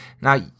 now